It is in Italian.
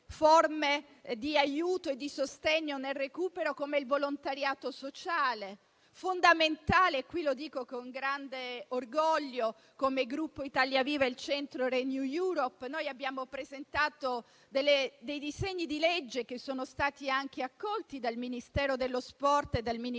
forme di aiuto e di sostegno nel recupero, come il volontariato sociale, che è fondamentale. Lo dico con grande orgoglio, come Gruppo Italia Viva-Il Centro-Renew Europe: noi abbiamo presentato dei disegni di legge che sono stati anche accolti dal Ministero dello sport e dal Ministero